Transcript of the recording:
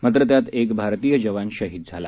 मात्र त्यात एक भारतीय जवान शहीद झाला